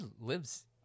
lives